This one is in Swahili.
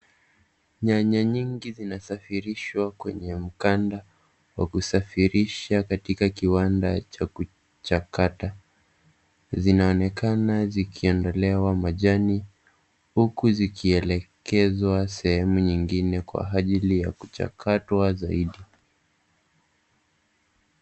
Nyanya nyingi zinasafirishwa kwenye mkanda wa kusafirisha katika kiwanda cha kuchakata. Zinaonekana zikiondolewa majani huku zikielekezwa sehemu nyingine kwa ajili ya kuchakatwa zaidi.